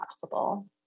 possible